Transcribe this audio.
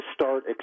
start